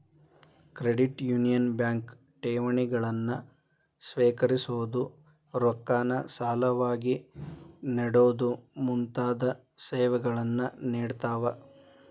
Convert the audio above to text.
credit union bank ಠೇವಣಿಗಳನ್ನ ಸ್ವೇಕರಿಸೊದು, ರೊಕ್ಕಾನ ಸಾಲವಾಗಿ ನೇಡೊದು ಮುಂತಾದ ಸೇವೆಗಳನ್ನ ನೇಡ್ತಾವ